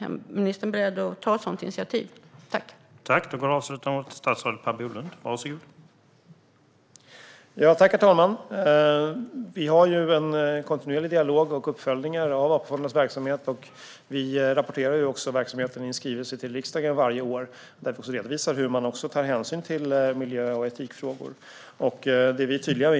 Är ministern beredd att ta ett sådant initiativ?